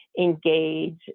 engage